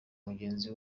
mugenzi